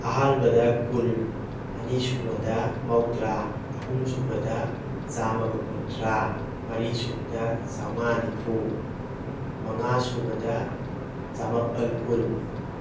ꯑꯍꯥꯟꯕꯗ ꯀꯨꯟ ꯑꯅꯤꯁꯨꯕꯗ ꯃꯧꯗ꯭ꯔꯥ ꯑꯍꯨꯝ ꯁꯨꯕꯗ ꯆꯥꯝꯃꯒ ꯀꯨꯟꯊ꯭ꯔꯥ ꯃꯔꯤ ꯁꯨꯕꯗ ꯆꯥꯝꯃꯉꯥ ꯅꯤꯐꯨ ꯃꯉꯥ ꯁꯨꯕꯗ ꯆꯥꯃꯥꯄꯜ ꯀꯨꯟ